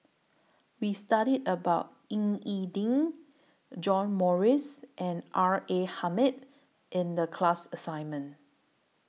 We studied about Ying E Ding John Morrice and R A Hamid in The class assignment